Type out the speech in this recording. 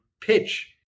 pitch